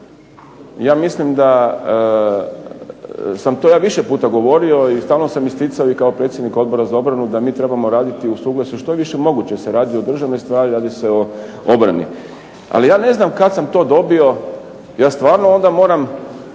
Ja mislim da sam to ja više puta govorio i stalno sam isticao i kao predsjednik Odbora za obranu da mi trebamo raditi u suglasju što je više moguće jer se radi o državnoj stvari, radi se o obrani. Ali ja ne znam kad sam to dobio, ja stvarno onda moram